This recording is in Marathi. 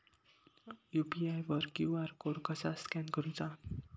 यू.पी.आय वर क्यू.आर कोड कसा स्कॅन करूचा?